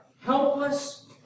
Helpless